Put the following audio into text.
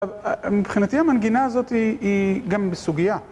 מבחינתי המנגינה הזאת היא גם בסוגיה.